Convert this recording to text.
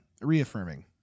reaffirming